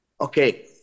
Okay